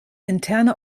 interne